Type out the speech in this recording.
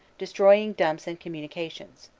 destroying dumps and communications.